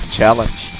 Challenge